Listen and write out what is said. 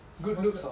什么是